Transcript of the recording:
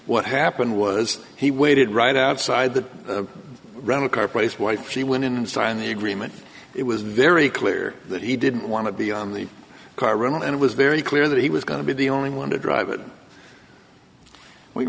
what happened was he waited right outside the rental car place wife she went in and sign the agreement it was very clear that he didn't want to be on the car and it was very clear that he was going to be the only one to drive it